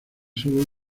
sólo